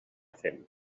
fem